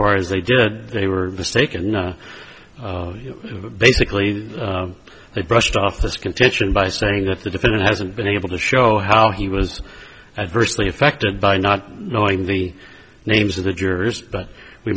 far as they did they were mistaken basically they brushed off this contention by saying that the defendant hasn't been able to show how he was adversely affected by not knowing the names of the jurors but we